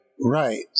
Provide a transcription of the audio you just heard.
Right